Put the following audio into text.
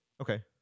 Okay